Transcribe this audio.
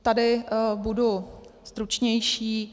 Tady budu stručnější.